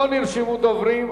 לא נרשמו דוברים,